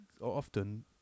often